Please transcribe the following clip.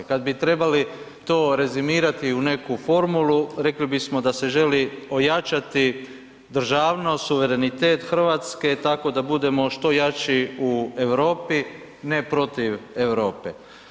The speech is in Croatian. Kad bi trebali to rezimirati u neku formulu rekli bismo da se želi ojačati državnost, suverenitet RH, tako da budemo što jači u Europi, ne protiv Europe.